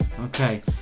Okay